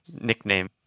nickname